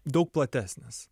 daug platesnės